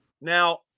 Now